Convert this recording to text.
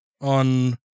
on